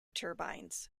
turbines